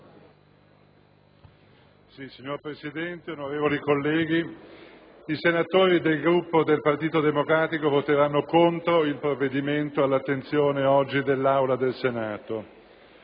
Signor Presidente, onorevoli colleghi, i senatori del Gruppo del Partito Democratico voteranno contro il provvedimento all'attenzione oggi dell'Aula del Senato.